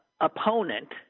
opponent